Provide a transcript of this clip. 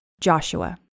Joshua